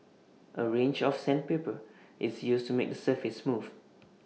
A range of sandpaper is used to make the surface smooth